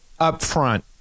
upfront